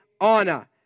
honor